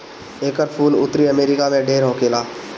एकर फूल उत्तरी अमेरिका में ढेर होखेला